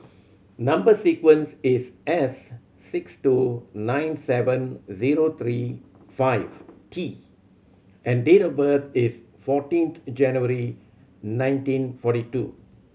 number sequence is S six two nine seven zero three five T and date of birth is fourteenth January nineteen forty two